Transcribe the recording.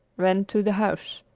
ran through the house.